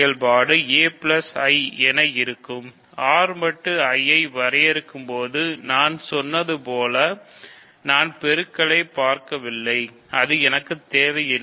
R மட்டு I ஐ வரையறுக்கும்போது நான் சொன்னது போல் நான் பெருக்கலை பார்க்கவில்லை எனக்கு அது தேவையில்லை